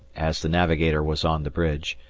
as the navigator was on the bridge,